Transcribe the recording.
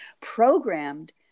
programmed